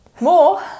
more